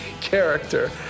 character